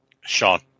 Sean